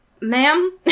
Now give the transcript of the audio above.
ma'am